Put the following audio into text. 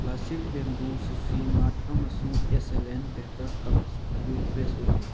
classic bamboo sushi mat ꯑꯃꯁꯨꯡ S L N paper cups ꯑꯗꯨ fresh ꯑꯣꯏꯗꯦ